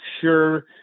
sure